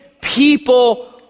people